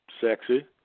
sexy